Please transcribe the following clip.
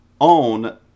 own